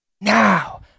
Now